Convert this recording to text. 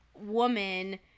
woman